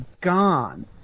gone